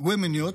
וסופרוומניות,